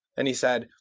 and he said,